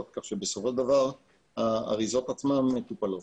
כך שבסופו של דבר האריזות עצמן מטופלות.